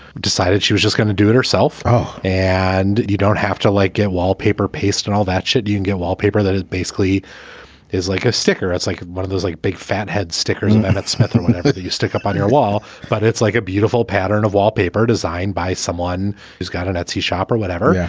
decided she was just gonna do it herself. oh, and you don't have to, like, get wallpaper paste and all that shit. you can get wallpaper. that is basically is like a sticker. it's like one of those like big fatheads stickers and and that smith or whatever you stick up on your wall. but it's like a beautiful pattern of wallpaper designed by someone who's got a nazi shop or whatever. yeah